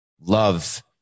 love